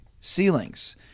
ceilings